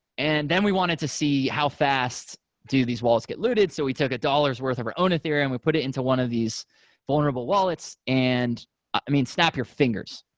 and then we wanted to see how fast do these walls get looted. so we took a dollar's worth of our own ethereum. we put it into one of these vulnerable wallets and i mean snap your fingers.